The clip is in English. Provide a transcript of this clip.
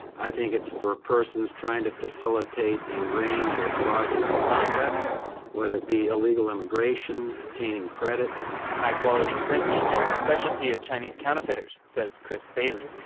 i think it's for persons trying to facilitate a range of fraudulent conduct whether it be illegal immigration, obtaining credit high-quality printing is a specialty of chinese counterfeiters, says chris bailey.